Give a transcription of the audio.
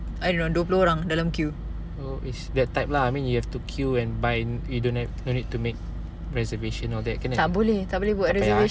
oh is that type lah I mean you have to queue and buy you don't have no need to make reservation all that kena eh tak payah eh